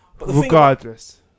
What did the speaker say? Regardless